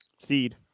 seed